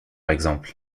exemple